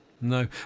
No